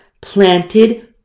planted